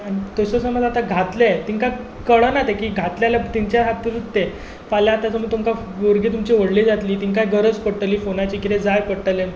थंयसर समज आतां घातले तांकां कळना की घातले जाल्यार तांच्या खातीरूच ते फाल्यां आतां तुमी तुमकां भुरगीं तुमचीं व्हडली जातली तांकां गरज पडटली फोनाची कितेंय जाय पडटलें